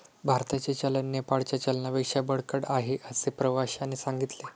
भारताचे चलन नेपाळच्या चलनापेक्षा बळकट आहे, असे प्रवाश्याने सांगितले